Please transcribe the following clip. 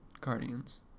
Guardians